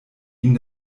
ihn